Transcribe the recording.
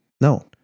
No